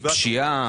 פשיעה.